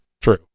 True